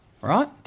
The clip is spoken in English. Right